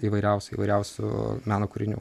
įvairiausių įvairiausių meno kūrinių